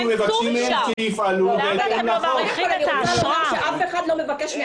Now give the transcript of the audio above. אנחנו מבקשים מהם שיפעלו בהתאם לחוק.